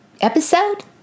episode